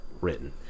written